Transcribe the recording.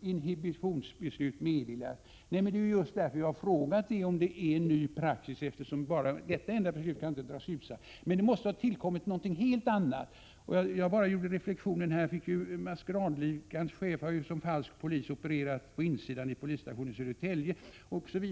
inhibitionsbeslut meddelats. Det är just därför att man inte kan dra den slutsatsen bara efter ett enda beslut som jag har ställt min fråga. Det måste ha tillkommit något helt annat. Jag har gjort den reflexionen att det händer så mycket underligt. Maskeradligans chef exempelvis har ju som falsk polis opererat inne i polisstationen i Södertälje.